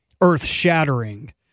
earth-shattering